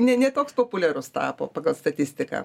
ne ne toks populiarus tapo pagal statistiką